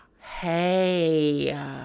hey